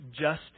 justice